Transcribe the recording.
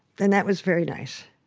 and that was very nice.